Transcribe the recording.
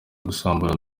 gusambura